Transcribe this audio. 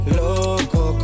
loco